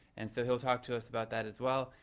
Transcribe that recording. and so he'll talk to us about that as well.